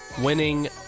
winning